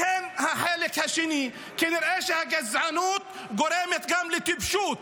לכן החלק השני, כנראה שהגזענות גורמת גם לטיפשות.